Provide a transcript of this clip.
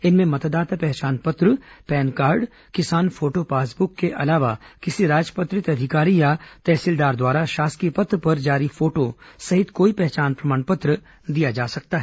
इनमें मतदाता पहचान पत्र पैन कार्ड किसान फोटो पासबुक के अलावा किसी राजपत्रित अधिकारी या तहसीलदार द्वारा शासकीय पत्र पर जारी फोटो सहित कोई पहचान प्रमाण पत्र दिया जा सकता है